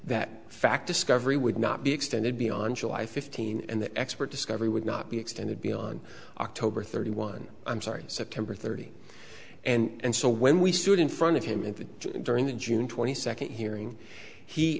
that fact discovery would not be extended beyond july fifteen and the expert discovery would not be extended beyond october thirty one i'm sorry september thirty and so when we stood in front of him and during the june twenty second hearing he